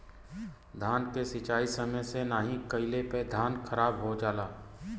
धान के सिंचाई समय से नाहीं कइले पे धान खराब हो जाला